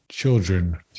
children